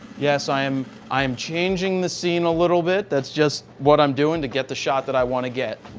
yes, i'm i'm changing the scene a little bit. that's just what i'm doing to get the shot that i want to get,